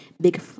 big